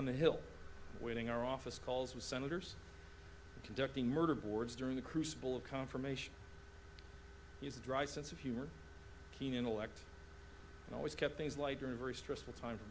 on the hill winning our office calls with senators conducting murder boards during the crucible of confirmation he's dry sense of humor keen intellect and always kept things like very very stressful time for